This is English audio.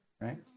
right